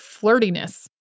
flirtiness